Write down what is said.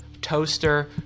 toaster